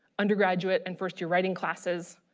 undergraduate and first-year writing classes,